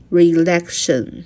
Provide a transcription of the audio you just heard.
relaxation